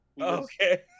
Okay